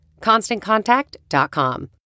ConstantContact.com